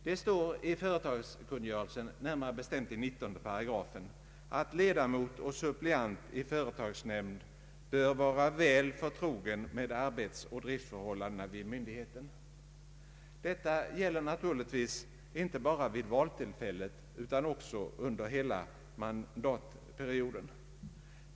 Det står i företagskungörelsens 19 8 att ledamot och suppleant i företagsnämnd bör vara väl förtrogna med arbetsoch driftsförhållandena vid myndigheten. Detta gäller naturligtvis inte bara vid valtillfället utan bör gälla under hela valperioden.